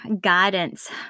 guidance